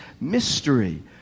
mystery